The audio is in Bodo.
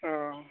औ